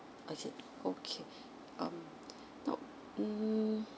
okay okay um no um